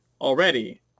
already